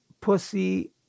pussy